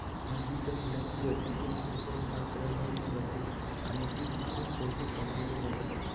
झेंडूच्या फुलांची अतिशय सुंदर माळ तयार केली जाते आणि ती विकून पैसे कमावले जातात